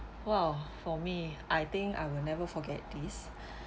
!wow! for me I think I will never forget this